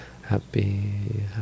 Happy